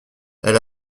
elle